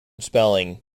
spelling